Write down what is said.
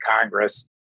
Congress